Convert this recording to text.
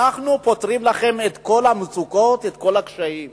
אנחנו פותרים לכם את כל המצוקות ואת כל הקשיים.